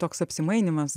toks apsimainymas